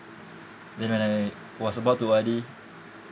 then when I was about to O_R_D